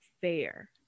fair